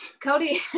Cody